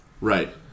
right